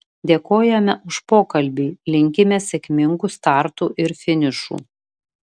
dėkojame už pokalbį linkime sėkmingų startų ir finišų